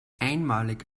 einmalig